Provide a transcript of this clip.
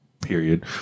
period